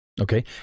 Okay